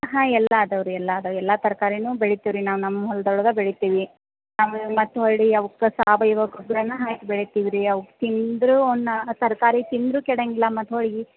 ಹಾಂ ಎಲ್ಲಾ ಅದಾವೆ ರೀ ಎಲ್ಲ ಅದಾವೆ ಎಲ್ಲಾ ತರಕಾರಿನೂ ಬೆಳಿತೀವಿ ರೀ ನಾವು ನಮ್ಮ ಹೊಲ್ದೊಳಗೆ ಬೆಳಿತೀವಿ ಮತ್ತು ಹೊರ್ಳಿ ಅವಕ್ಕ ಸಾವಯವ ಗೊಬ್ರನೇ ಹಾಕಿ ಬೆಳಿತೀವಿ ರೀ ಅವುಕ್ಕೆ ತಿಂದರೂ ನ ತರಕಾರಿ ತಿಂದರೂ ಕೆಡೋಂಗಿಲ್ಲ ಮತ್ತು ಹೊರ್ಳಿ